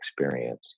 experience